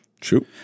True